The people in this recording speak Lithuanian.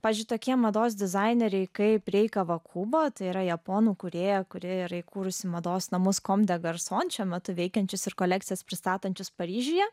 pavyzdžiui tokie mados dizaineriai kaip reikavo kubo tai yra japonų kūrėja kuri yra įkūrusi mados namus komdegarson šiuo metu veikiančius ir kolekcijas pristatančius paryžiuje